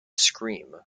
scream